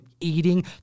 eating